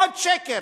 עוד שקר.